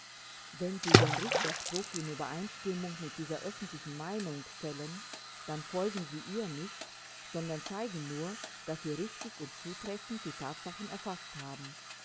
wenn sie den richterspruch in übereinstimmung mit dieser öffentlichen meinung fällen dann folgen sie ihr nicht sondern dern zeigen nur daß sie richtig und zutreffend die tatsachen erfaßt haben